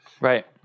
Right